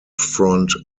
front